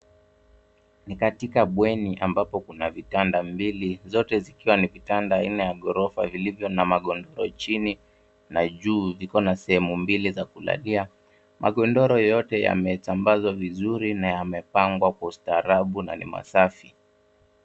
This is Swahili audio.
Ni katika bweni ambapo kuna vitanda mbili zote zikiwa ni vitanda nne ya ghorofa vilivyo na magodoro chini na juu zikiwa na sehemu mbili za kulalia. Magodoro yote yamesambazwa vizuri na yamepangwa kwa ustaarabu na ni masafi.